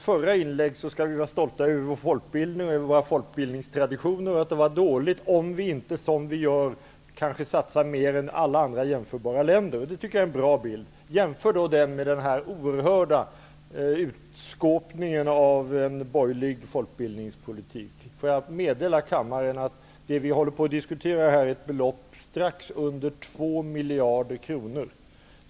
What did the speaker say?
Herr talman! Det sades i ett tidigare inlägg att vi skall vara stolta över våra folkbildningstraditioner och att det vore dåligt om vi inte, som vi ju gör, satsade mer än vad kanske alla jämförbara länder gör. Jag tycker att det är en bra bild. Jämför den med den oerhörda utskåpning som förekommer när det gäller den borgerliga utbildningspolitiken. Får jag meddela kammaren att det vi diskuterar är ett belopp på något mindre än 2 miljarder kronor.